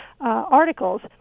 articles